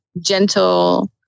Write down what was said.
gentle